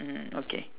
hmm okay